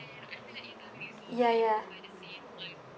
ya ya